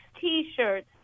T-shirts